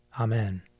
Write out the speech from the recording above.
Amen